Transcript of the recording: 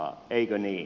eikö niin